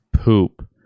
poop